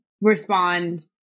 respond